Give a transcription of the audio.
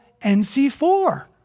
NC4